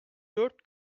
dört